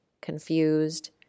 confused